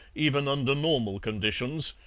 even under normal conditions,